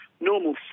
Normal